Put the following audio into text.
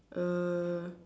uh